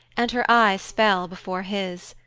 and her eyes fell before his.